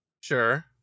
sure